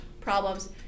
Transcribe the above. problems